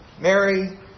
Mary